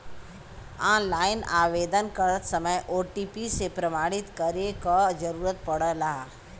online आवेदन करत समय ओ.टी.पी से प्रमाणित करे क जरुरत पड़ला